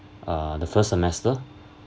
err the first semester